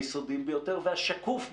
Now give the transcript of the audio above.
היסודי ביותר והשקוף ביותר,